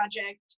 project